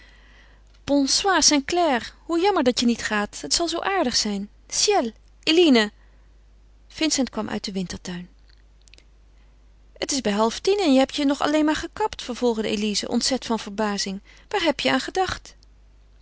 bonsoir st clare hoe jammer dat je niet gaat het zal zoo aardig zijn ciel eline vincent kwam uit den wintertuin het is bij half tien en je hebt je nog alleen maar gekapt vervolgde elize ontzet van verbazing waar heb je aan gedacht